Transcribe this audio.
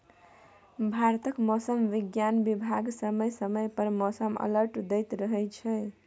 भारतक मौसम बिज्ञान बिभाग समय समय पर मौसम अलर्ट दैत रहै छै